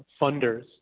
funders